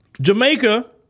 Jamaica